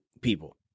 people